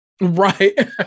Right